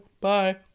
bye